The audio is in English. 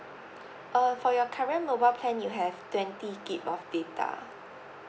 uh for your current mobile plan you have twenty gig of data